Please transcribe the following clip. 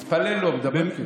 מתפלל, לא, מדבר, כן.